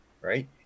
right